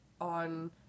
on